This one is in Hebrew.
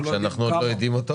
שאנחנו עוד לא יודעים אותו.